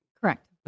Correct